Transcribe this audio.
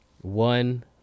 One